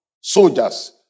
soldiers